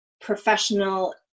professional